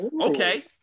Okay